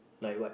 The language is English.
like what